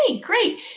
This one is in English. great